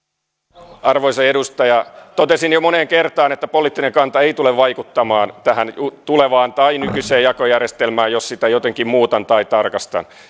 arvoisa edustaja totesin jo moneen kertaan että poliittinen kanta ei tule vaikuttamaan tähän tulevaan tai nykyiseen jakojärjestelmään jos sitä jotenkin muutan tai tarkastan